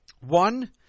One